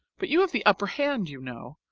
but you have the upper hand, you know,